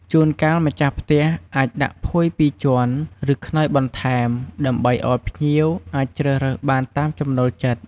ជួនកាលម្ចាស់ផ្ទះអាចដាក់ភួយពីរជាន់ ឬខ្នើយបន្ថែម ដើម្បីឱ្យភ្ញៀវអាចជ្រើសរើសបានតាមចំណូលចិត្ត។